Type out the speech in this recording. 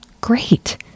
great